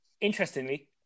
Interestingly